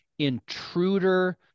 intruder